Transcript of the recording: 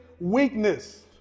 Weakness